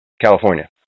California